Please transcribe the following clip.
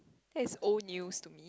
that is old news to me